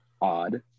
odd